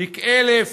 תיק 1000,